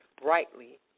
brightly